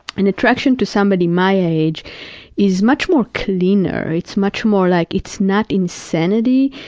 and attraction to somebody my age is much more cleaner. it's much more, like it's not insanity.